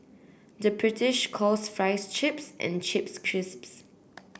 the British calls fries chips and chips